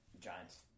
Giants